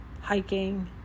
hiking